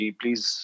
please